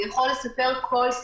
הוא יכול לספר כל סיפור.